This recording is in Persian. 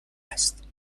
است